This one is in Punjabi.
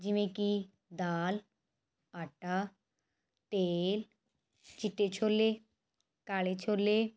ਜਿਵੇਂ ਕਿ ਦਾਲ ਆਟਾ ਤੇਲ ਚਿੱਟੇ ਛੋਲੇ ਕਾਲੇ ਛੋਲੇ